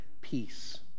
peace